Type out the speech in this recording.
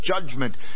judgment